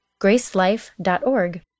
gracelife.org